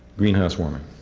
greenhouse warming.